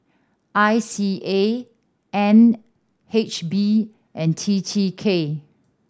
I C A N H B and T T K